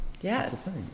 Yes